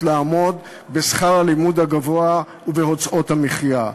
לעמוד בשכר הלימוד הגבוה ובהוצאות המחיה.